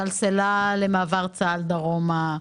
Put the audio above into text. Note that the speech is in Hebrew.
סלסלה למעבר צה"ל דרומה,